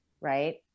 right